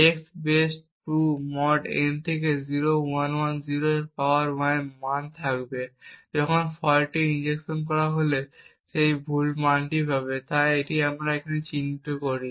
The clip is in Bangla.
x বেস 2 মোড n থেকে 0110 এর পাওয়ার y এর মান থাকবে যখন ফল্টটি ইনজেকশন করা হলে সে একটি ভুল মান পাবে যা আমরা এটি হিসাবে চিহ্নিত করি